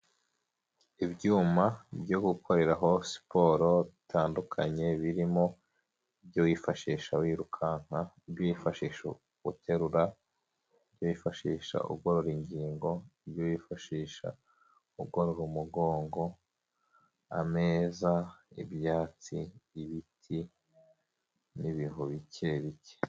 Ibyuma byo gukoreho siporo bitandukanye, birimo ibyo wifashisha wirukanka, ibyo wifashisha uterura, ibyo wifashisha ugororara ingingo, ibyo wifashisha ugorora umugongo, ameza, ibyatsi, ibiti n'ibihu bike bike.